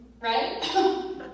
Right